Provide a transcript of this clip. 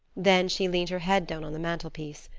then she leaned her head down on the mantelpiece.